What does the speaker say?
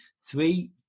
three